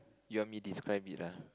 you want me describe it lah